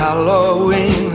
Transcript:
Halloween